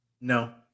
No